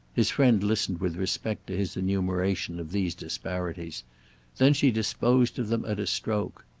his friend listened with respect to his enumeration of these disparities then she disposed of them at a stroke.